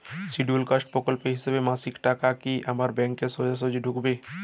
Scheduled caste প্রকল্পের হিসেবে মাসিক টাকা কি আমার ব্যাংকে সোজাসুজি ঢুকবে?